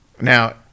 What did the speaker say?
now